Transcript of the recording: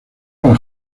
para